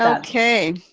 ah okay,